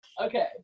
okay